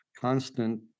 constant